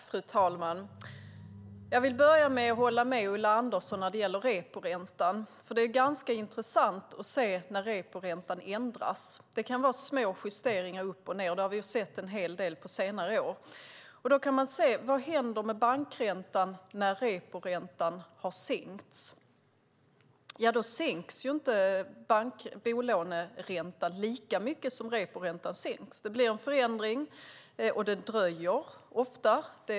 Fru talman! Jag vill börja med att hålla med Ulla Andersson när det gäller reporäntan. Det är ganska intressant att se hur det är när reporäntan ändras. Det kan gälla små justeringar upp och ned - det har vi sett en hel del på senare år. Vad händer med bankräntan när reporäntan har sänkts? Jo, då sänks inte bolåneräntan lika mycket som reporäntan sänks. Det blir en förändring, och det dröjer ofta.